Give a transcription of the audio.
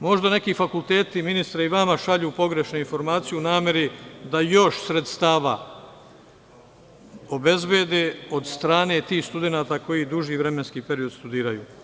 Možda neki fakulteti, ministre, i vama šalju pogrešnu informaciju u nameri da još sredstava obezbede od strane tih studenata koji duži vremenski period studiraju.